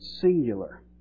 singular